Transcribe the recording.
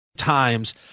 times